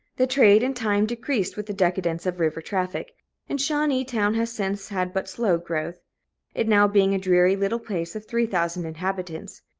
the trade, in time, decreased with the decadence of river traffic and shawneetown has since had but slow growth it now being a dreary little place of three thousand inhabitants,